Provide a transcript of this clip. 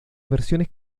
versiones